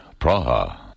Praha